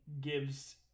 gives